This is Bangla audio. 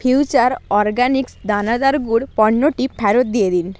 ফিউচার অরগ্যানিক্স দানাদার গুড় পণ্যটি ফেরত দিয়ে দিন